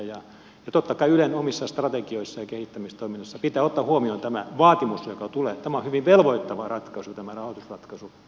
ja totta kai ylen omissa strategioissaan ja kehittämistoiminnoissaan pitää ottaa huomioon tämä vaatimus jota tuulettoman hyvin velvoittava ratkaisu joka tulee